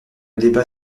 débat